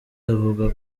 avuga